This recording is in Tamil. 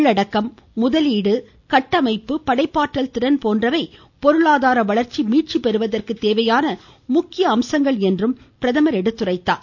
உள்ளடக்கம் முதலீடு கட்டமைப்பு படைப்பாற்றல் திறன் போன்றவை பொருளாதார வளர்ச்சி மீட்சி பெறுவதற்கு தேவையான முக்கிய அம்சங்கள் என்றும் பிரதமர் சுட்டிக்காட்டினார்